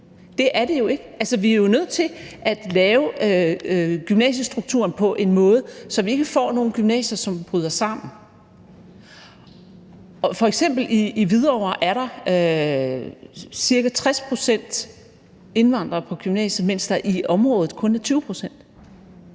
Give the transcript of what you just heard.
Det er det jo ikke. Altså, vi er jo nødt til at lave gymnasiestrukturen på en måde, så vi ikke får nogen gymnasier, som bryder sammen. F.eks. i Hvidovre er der ca. 60 pct. indvandrere på gymnasiet, mens der i området kun er 20